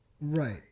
Right